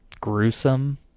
gruesome